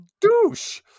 douche